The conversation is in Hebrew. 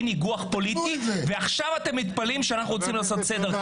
ניגוח פוליטי ועכשיו אתם מתפלאים שאנחנו רוצים לעשות סדר,